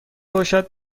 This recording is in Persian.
باشد